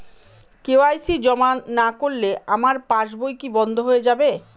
KYC জমা না করলে আমার পাসবই কি বন্ধ হয়ে যাবে?